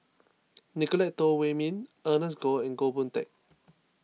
Nicolette Teo Wei Min Ernest Goh and Goh Boon Teck